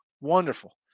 Wonderful